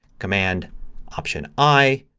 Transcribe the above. command option i.